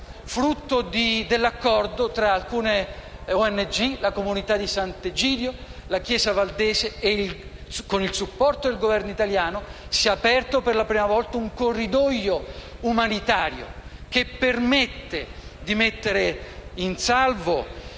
grazie all'accordo tra alcune ONG, quali la comunità di sant'Egidio e la chiesa valdese. Con il supporto del Governo italiano si è aperto per la prima volta un corridoio umanitario che consente di mettere in salvo